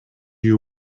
you